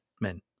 Men